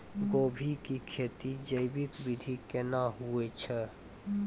गोभी की खेती जैविक विधि केना हुए छ?